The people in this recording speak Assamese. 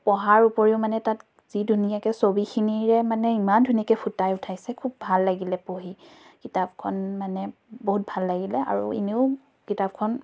পঢ়াৰ উপৰিও মানে তাত যি ধুনীয়াকৈ ছবিখিনিৰে মানে ইমান ধুনীয়াকৈ ফুটাই উঠাইছে খুব ভাল লাগিলে পঢ়ি কিতাপখন মানে বহুত ভাল লাগিলে আৰু ইনেও কিতাপখন